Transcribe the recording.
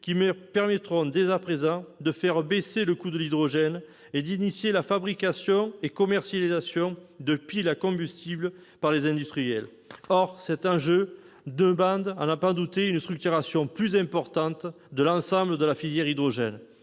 qui permettront, dès à présent, de faire baisser le coût de l'hydrogène et de lancer la fabrication et la commercialisation de piles à combustible par les industriels. Or cet enjeu demande, à n'en pas douter, une structuration plus importante de l'ensemble de la filière hydrogène.